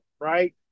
Right